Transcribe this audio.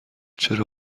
چرا